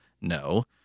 no